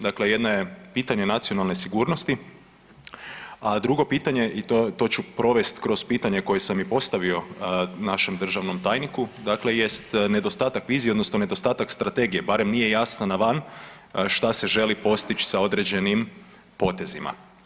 Dakle, jedna je pitanje nacionalne sigurnosti, a drugo pitanje, i to, to ću provest kroz pitanje koje sam i postavio našem državnom tajniku, dakle jest nedostatak vizije odnosno nedostatak strategije, barem nije jasno na van šta se želi postić sa određenim potezima.